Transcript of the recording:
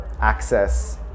access